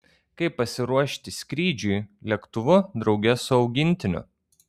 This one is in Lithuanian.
kaip pasiruošti skrydžiui lėktuvu drauge su augintiniu